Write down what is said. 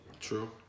True